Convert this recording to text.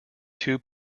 two